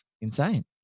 insane